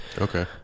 Okay